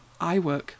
iWork